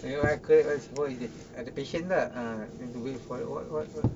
ada patient tak ah we're going to wait for what what what